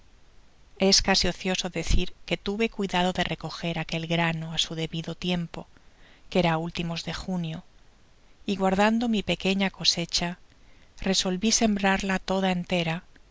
es casi ocioso decir que tuve cuidado de recoger aquel grano á su debido tiempo que era á últimos de junio y guardando mi pequeña cosecha resolvi sembrarla toda en